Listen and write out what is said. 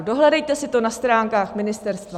Dohledejte si to na stránkách ministerstva.